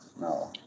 no